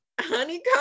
honeycomb